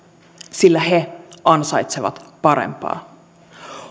sillä he ansaitsevat parempaa